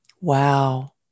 Wow